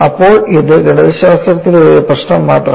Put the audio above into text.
അപ്പോൾ അത് ഗണിതശാസ്ത്രത്തിലെ ഒരു പ്രശ്നം മാത്രമാണ്